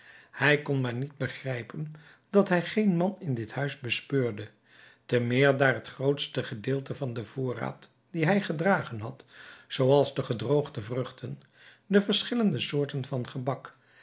hij kon maar niet begrijpen dat hij geen man in dit huis bespeurde te meer daar het grootste gedeelte van den voorraad dien hij gedragen had zooals de gedroogde vruchten de verschillende soorten van gebak